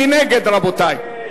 מי נגד, רבותי?